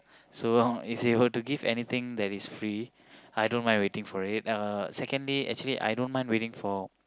so long if they were to give anything that is free I don't mind waiting for it uh secondly actually I don't mind waiting for